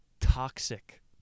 toxic